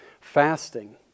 fasting